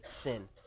sin